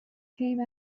came